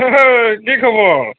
হে হেই কি খবৰ